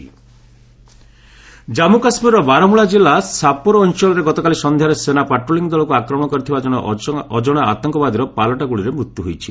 JK attack Jammu କାଶ୍ମୀରର ବାରମୂଳା କିଲ୍ଲା ସାପୋରେ ଅଞ୍ଚଳରେ ଗତକାଲି ସନ୍ଧ୍ୟାରେ ସେନା ପାଟ୍ରୋଲିଂ ଦଳକୁ ଆକ୍ରମଣ କରିଥିବା ଜଣେ ଅଜଣା ଆତଙ୍କବାଦୀର ପାଲଟା ଗୁଳିରେ ମୃତ୍ୟୁ ହୋଇଛି